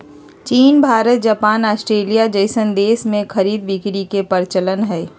चीन Bharat Japan Australia जइसन देश में खरीद बिक्री के परचलन हई